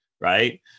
right